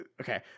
Okay